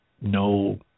no